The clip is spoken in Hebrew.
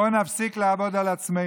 "בואו נפסיק לעבוד על עצמנו.